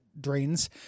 drains